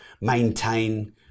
maintain